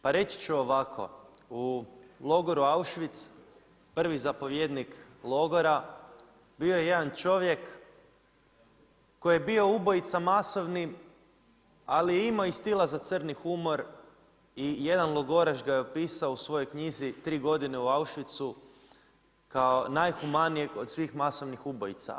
Pa reći ću ovako, u logoru Auschwitz prvi zapovjednik logora, bio je jedan čovjek koji je bio ubojica masovni, ali je imao i stila za crni humor i jedan logoraš ga je opisao u svojoj knjizi 3 godine u Auschwitzu kao najhumanijeg od svih masovnih ubojica.